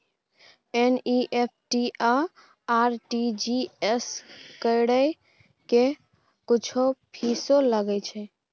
NEFT आ RTGS करै के कुछो फीसो लय छियै?